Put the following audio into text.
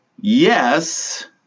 yes